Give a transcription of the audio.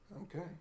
okay